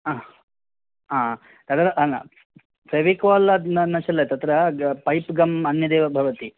आ आ तद् फ़ेविकाल् न चलति तत्र पैप् गम् अन्यदेव भवति